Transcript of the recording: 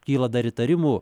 kyla dar įtarimų